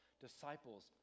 Disciples